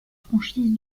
franchise